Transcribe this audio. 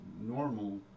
normal